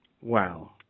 Wow